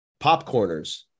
Popcorners